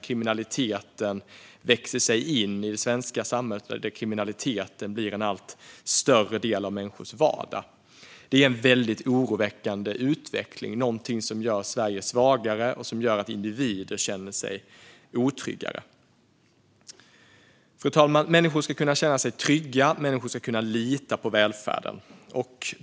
Kriminaliteten växer sig in i det svenska samhället, och kriminaliteten blir en allt större del av människors vardag. Det är en väldigt oroväckande utveckling som gör Sverige svagare och som gör att individer känner sig otryggare. Fru talman! Människor ska kunna känna sig trygga och kunna lita på välfärden.